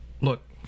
look